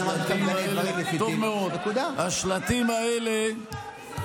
השלטים האלה,